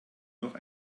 noch